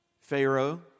Pharaoh